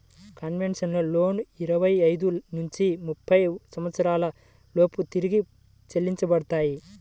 concessional లోన్లు ఇరవై ఐదు నుంచి ముప్పై సంవత్సరాల లోపు తిరిగి చెల్లించబడతాయి